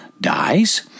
dies